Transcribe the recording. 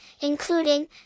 including